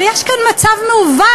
אבל יש כאן מצב מעוות.